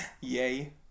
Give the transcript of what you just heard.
Yay